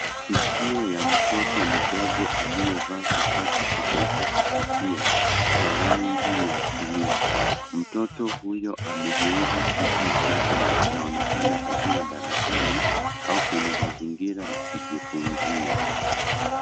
Sikio ya mtoto mdogo aliyevaa kifaa cha kusaidia kusikia cha rangi ya cream .Mtoto huyo amegeuza kichwa chake na anaonekana akiwa darasani au kwenye mazingira ya kujifunzia.